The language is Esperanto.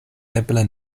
eble